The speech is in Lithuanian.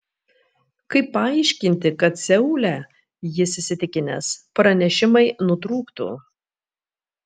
kaip paaiškinti kad seule jis įsitikinęs pranešimai nutrūktų